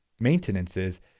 maintenances